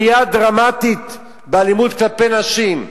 עלייה דרמטית באלימות כלפי נשים: